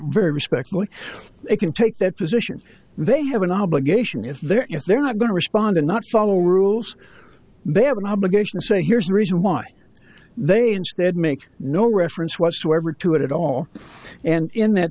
very respectfully they can take that position they have an obligation if they're if they're not going to respond or not follow rules they have an obligation to say here's the reason why they instead make no reference whatsoever to it at all and in that